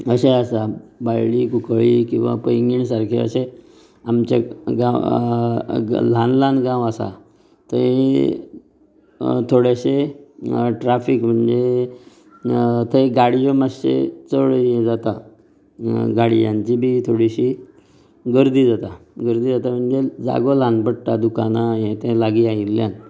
अशें आसा बाळ्ळी कुंक्कळ्ळी किंवा पैंगीण सारक्या अशें आमचे गांव ल्हान ल्हान गांव आसा थंय थोडेशें ट्राफिक म्हणजे थंय गाडयो मात्शें चड हे जाता गाडयांची बी थोडीशी गर्दी जाता गर्दी जाता म्हणजे जागो ल्हान पडटा दुकानां हे ते लागी आयिल्ल्यान